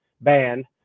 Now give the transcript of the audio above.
band